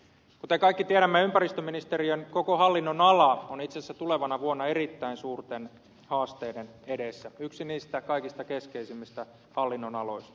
kuten kaikki tiedämme ympäristöministeriön koko hallinnonala on itse asiassa tulevana vuonna erittäin suurten haasteiden edessä yksi niistä kaikista keskeisimmistä hallinnonaloista